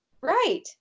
Right